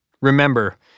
Remember